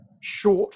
short